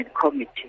Committee